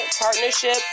partnership